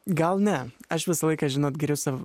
gal ne aš visą laiką žinot giriausi